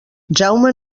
jaume